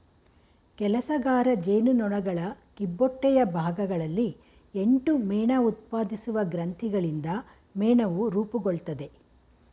ಕೆಲಸಗಾರ ಜೇನುನೊಣಗಳ ಕಿಬ್ಬೊಟ್ಟೆಯ ಭಾಗಗಳಲ್ಲಿ ಎಂಟು ಮೇಣಉತ್ಪಾದಿಸುವ ಗ್ರಂಥಿಗಳಿಂದ ಮೇಣವು ರೂಪುಗೊಳ್ತದೆ